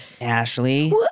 Ashley